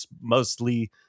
mostly